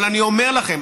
אבל אני אומר לכם,